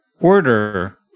order